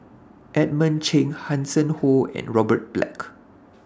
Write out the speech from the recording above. Edmund Cheng Hanson Ho and Robert Black